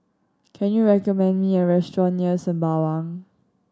can you recommend me a restaurant near Sembawang